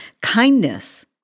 Kindness